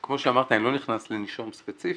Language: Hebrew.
כמו שאמרתי, אני לא נכנס לנישום ספציפי.